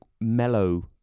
mellow